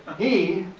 he,